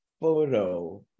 photo